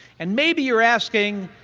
and maybe you're asking,